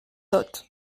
tot